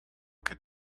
get